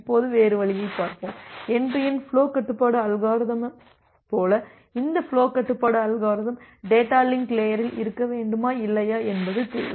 இப்போது வேறு வழியைப் பார்ப்போம் என்டு டு என்டு ஃபுலோ கட்டுப்பாட்டு அல்காரிதம் போல இந்த ஃபுலோ கட்டுப்பாட்டு அல்காரிதம் டேட்டா லிங்க் லேயரில் இருக்க வேண்டுமா இல்லையா என்பது தேவை